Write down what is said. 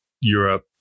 Europe